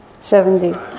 Seventy